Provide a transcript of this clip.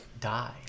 die